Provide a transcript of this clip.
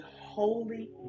holy